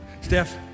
Steph